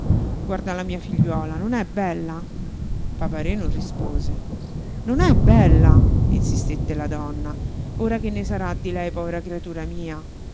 guarda la mia figliuola non è bella papa-re non rispose non è bella insistette la donna ora che ne sarà di lei povera creatura mia